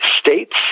states